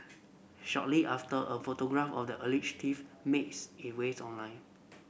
shortly after a photograph of the alleged thief makes it ways online